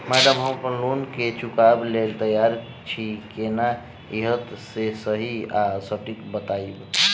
Madam हम अप्पन loan केँ चुकाबऽ लैल तैयार छी केना हएत जे सही आ सटिक बताइब?